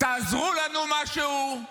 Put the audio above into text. תעזרו לנו במשהו?